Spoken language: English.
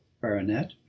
baronet